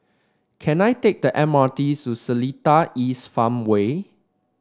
can I take the M R T to Seletar East Farmway